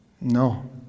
No